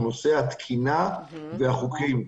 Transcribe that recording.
הוא נושא התקינה והחוקים.